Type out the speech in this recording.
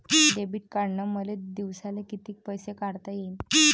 Debit कार्डनं मले दिवसाले कितीक पैसे काढता येईन?